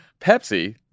Pepsi